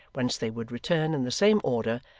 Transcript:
whence they would return in the same order,